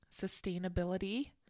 sustainability